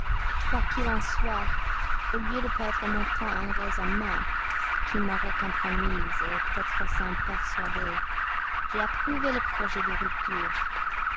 quoiqu'il en soit au lieu de perdre mon temps en raisonnements qui m'auraient compromise peut-être sans persuader j'ai approuvé le projet de rupture